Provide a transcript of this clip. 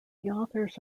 authors